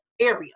area